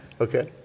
Okay